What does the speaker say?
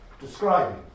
describing